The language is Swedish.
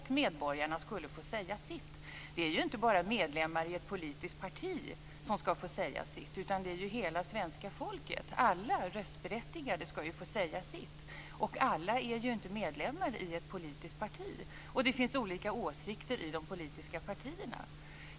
Medborgarna skulle få säga sitt. Det är inte bara medlemmar i ett politiskt parti som ska få säga sitt, utan det är hela svenska folket. Alla röstberättigade ska få säga sitt. Alla är inte medlemmar i ett politiskt parti, och det finns olika åsikter i de politiska partierna.